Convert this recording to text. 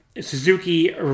suzuki